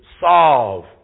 solve